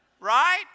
Right